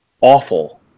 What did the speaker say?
awful